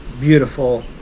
beautiful